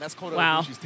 Wow